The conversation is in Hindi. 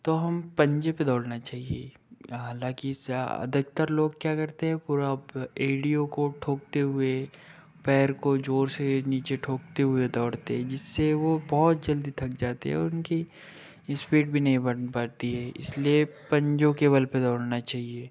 तो हम पंजे पर दौड़ना चहिए हालाँकि स अधिकतर लोग क्या करते हैं पूरा एड़ियों को ठोकते हुए पैर को जोर से नीचे ठोकते हुए दौड़ते हैं जिससे वह बहुत जल्दी थक जाते हैं और उनकी स्पीड भी नहीं बन पाती है इसलिए पंजों के बल पर दौड़ना चाहिए